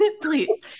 please